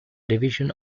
division